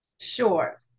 Sure